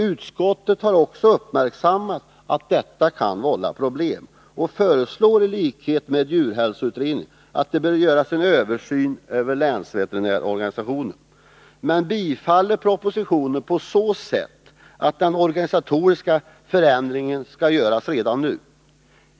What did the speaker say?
Utskottet har också uppmärksammat att detta kan vålla problem och föreslår i likhet med djurhälsoutredningen att det görs en översyn av länsveterinärsorganisationen, men utskottet tillstyrker propositionen på så sätt att den organisatoriska förändringen skall göras redan nu.